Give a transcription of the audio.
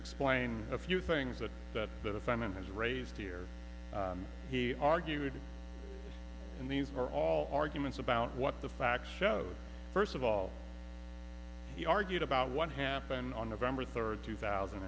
explain a few things that the defendant has raised here he argued and these were all arguments about what the facts show first of all he argued about what happened on november third two thousand